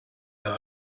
that